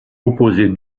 opposer